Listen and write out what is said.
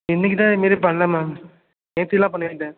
இன்னைக்கிதான் இந்தமேரி பண்ண மேம் நேற்றுலாம் பண்ணியிருந்தேன்